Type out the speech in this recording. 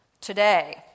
today